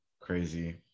Crazy